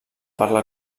parla